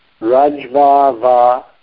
Rajvava